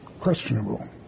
questionable